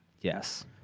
Yes